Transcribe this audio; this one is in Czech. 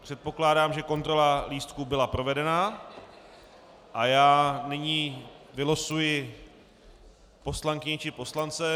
Předpokládám, že kontrola lístků byla provedena, a já nyní vylosuji poslankyni či poslance.